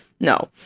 No